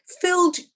filled